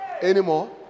anymore